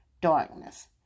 darkness